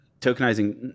tokenizing